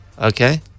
Okay